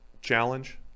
challenge